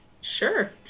Sure